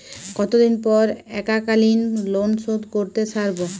কতদিন পর এককালিন লোনশোধ করতে সারব?